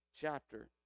chapter